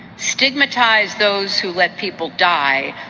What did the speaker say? stigmatize those who let people die,